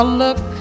look